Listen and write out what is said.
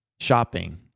shopping